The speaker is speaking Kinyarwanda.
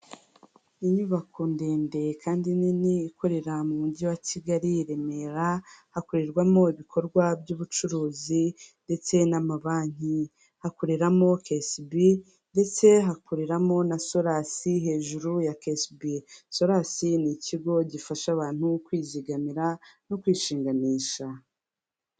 Inyubako ndende kandi nini ikorera mu mujyi wa Kigali i Remera hakorerwamo ibikorwa by'ubucuruzi ndetse n'amabanki. Hakoreramo kesibi ndetse hakoreramo na solasi, hejuru ya kesibi. Solas ni ikigo gifasha abantu kwizigamira no kwishinganisha.